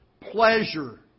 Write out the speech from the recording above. Pleasure